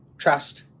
trust